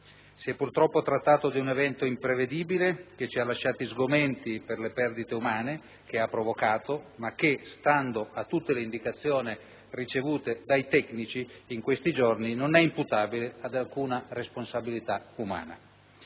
Si è purtroppo trattato di un evento imprevedibile che ci ha lasciati sgomenti per le perdite umane che ha provocato, ma che, stando a tutte le indicazioni ricevute dai tecnici in questi giorni, non è imputabile ad alcuna responsabilità umana.